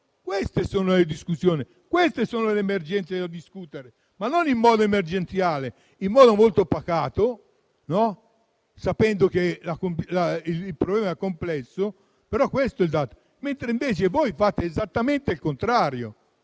Queste sono le discussioni da fare e queste sono le emergenze da discutere, non in modo emergenziale, ma in modo molto pacato, sapendo che il problema è complesso. Questo è il dato: voi, invece, fate esattamente il contrario.